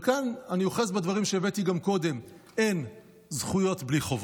בואו נדבר שנייה על הכסף שמוקדש לחינוך חרדי.